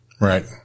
right